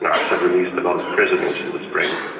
and assad released a lot of prisoners in the spring,